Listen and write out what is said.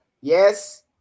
Yes